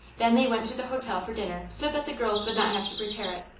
then they went to the hotel for dinner, so that the girls would not have to prepare it,